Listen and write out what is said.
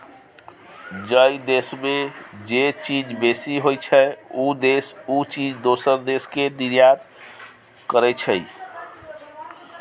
जइ देस में जे चीज बेसी होइ छइ, उ देस उ चीज दोसर देस के निर्यात करइ छइ